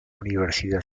universidad